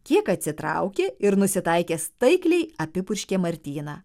kiek atsitraukė ir nusitaikęs taikliai apipurškė martyną